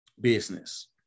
business